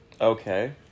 okay